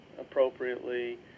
appropriately